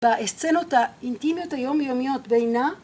‫באסצנות האינטימיות היומיומיות בינה,